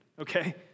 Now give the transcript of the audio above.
Okay